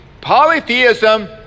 Polytheism